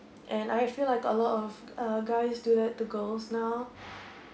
and I feel like a lot of uh guys do that to girls now